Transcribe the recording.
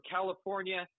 California